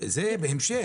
זה בהמשך.